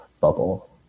bubble